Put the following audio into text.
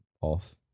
off